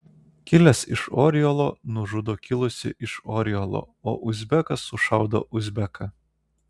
kilęs iš oriolo nužudo kilusį iš oriolo o uzbekas sušaudo uzbeką